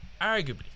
Arguably